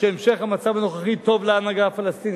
שהמשך המצב הנוכחי טוב להנהגה הפלסטינית.